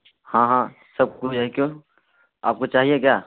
ہاں ہاں سب کچھ ہے کیوں آپ کو چاہیے کیا